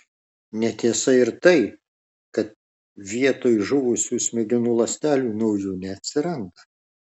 netiesa ir tai kad vietoj žuvusių smegenų ląstelių naujų neatsiranda